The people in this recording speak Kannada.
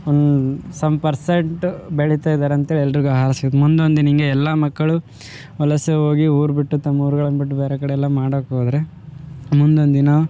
ಒನ್ ಸಮ್ ಪರ್ಸೆಂಟ್ ಬೆಳಿತ ಇದ್ದಾರೆ ಅಂತ ಎಲ್ರಿಗೂ ಆಸೆ ಮುಂದೊಂದು ದಿನ ಹಿಂಗೆ ಎಲ್ಲ ಮಕ್ಕಳು ವಲಸೆ ಹೋಗಿ ಊರುಬಿಟ್ಟು ತಮ್ಮ ಊರಗಳನ್ನು ಬಿಟ್ಟು ಬೇರೆ ಕಡೆಯೆಲ್ಲ ಮಾಡೋಕ್ಕೋದ್ರೆ ಮುಂದೊಂದು ದಿನ